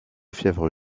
fièvre